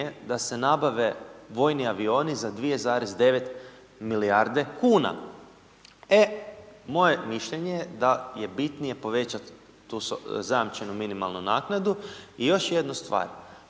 da se nabave vojni avioni za 2,9 milijarde kuna. E, moje mišljenje je da je bitnije povećati tu zajamčenu minimalnu naknadu. I još jednu stvar.